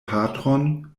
patron